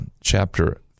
chapter